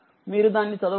మీరు దాన్నిచదవండి